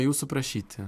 jūsų prašyti